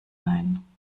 ein